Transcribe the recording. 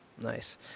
Nice